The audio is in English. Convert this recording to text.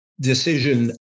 decision